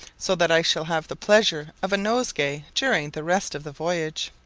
so that i shall have the pleasure of a nosegay during the rest of the voyage.